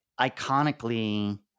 iconically